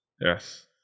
yes